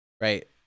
right